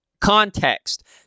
Context